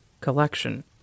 collection